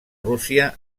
rússia